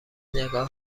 نگاه